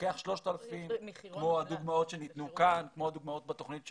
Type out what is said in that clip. לוקח 3,000 שקלים כמו הדוגמאות שניתנו כאן וכמו הדוגמאות בתוכנית שלנו.